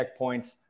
checkpoints